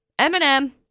Eminem